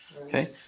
Okay